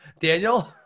daniel